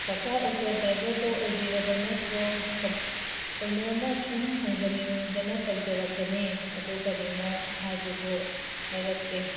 ꯀꯥꯀꯥ auto ꯗ꯭ꯔꯥꯏꯚꯔꯗꯣ ꯑꯣꯏꯕꯤꯔꯕ ꯅꯠꯇ꯭ꯔꯣ ꯀꯩꯅꯣꯝꯃ ꯁꯨꯝ ꯍꯪꯖꯅꯤꯡꯗꯅ ꯇꯧꯖꯔꯛꯄꯅꯦ ꯑꯗꯣ ꯀꯔꯤꯅꯣ ꯍꯥꯏꯕꯗꯨ ꯍꯥꯏꯔꯛꯀꯦ